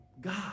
God